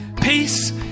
Peace